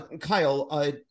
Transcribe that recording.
Kyle